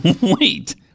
Wait